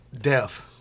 Death